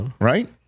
Right